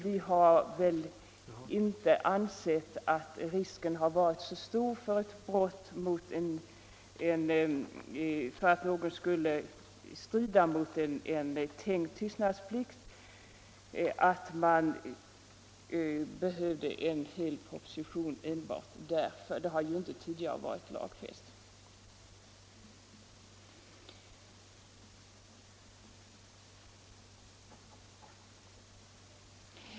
Vi har väl inte ansett att risken har varit så stor för brott mot denna tystnadsplikt att man behöver en hel proposition enbart därför. Den har ju inte tidigare varit lagfäst.